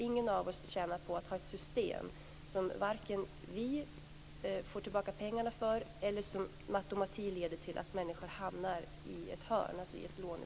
Ingen av oss tjänar på att ha ett system där vare sig vi får tillbaka pengarna eller som med automatik leder till att människor hamnar i ett låneberoende.